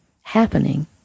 happening